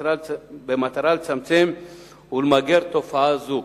במטרה לצמצם ולמגר תופעה זו.